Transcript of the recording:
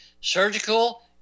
surgical